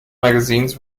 magazines